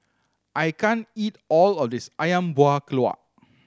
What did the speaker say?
I can't eat all of this Ayam Buah Keluak